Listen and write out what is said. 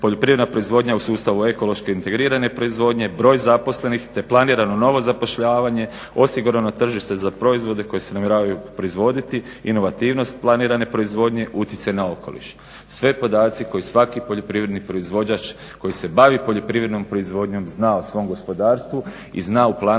poljoprivredna proizvodnja u sustavu ekološko integrirane proizvodnje, broj zaposlenih te planirano novo zapošljavanje, osigurano tržište za proizvode koji se namjeravaju proizvoditi, inovativnost planirane proizvodnje, utjecaj na okoliš. Sve podaci koje svaki poljoprivrednik proizvođač koji se bavi poljoprivrednom proizvodnjom zna o svom gospodarstvu i zna u planu